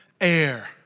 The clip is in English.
air